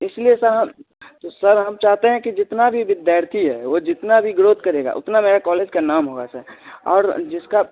इसलिए सर हम सर हम चाहते हैं कि जितना भी विद्यार्थी है वो जितना भी ग्रोथ करेगा उतना मेरा कॉलेज का नाम होगा सर और अ जिसका